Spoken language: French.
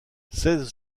seize